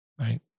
right